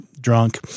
drunk